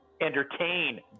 entertain